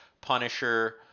Punisher –